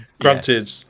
Granted